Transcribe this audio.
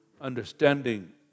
understanding